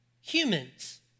humans